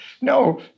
no